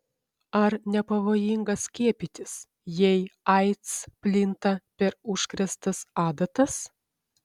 ar nepavojinga skiepytis jei aids plinta per užkrėstas adatas